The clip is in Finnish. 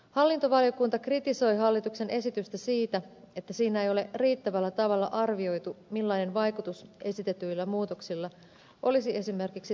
hallintovaliokunta kritisoi hallituksen esitystä siitä että siinä ei ole riittävällä tavalla arvioitu millainen vaikutus esitetyillä muutoksilla olisi esimerkiksi taloudellisesti